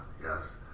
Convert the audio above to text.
yes